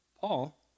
Paul